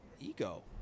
ego